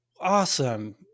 awesome